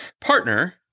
partner